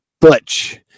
Butch